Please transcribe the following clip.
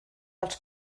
als